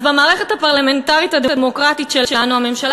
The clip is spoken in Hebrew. אז במערכת הפרלמנטרית הדמוקרטית שלנו הממשלה